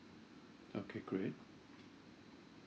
okay great